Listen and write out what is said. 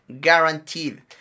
guaranteed